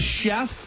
chef